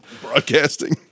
Broadcasting